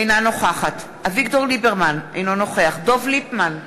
אינה נוכחת אביגדור ליברמן, אינו נוכח דב ליפמן,